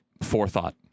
forethought